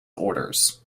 orders